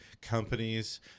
companies